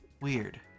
weird